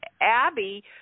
Abby